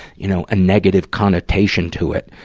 you know, a negative connotation to it.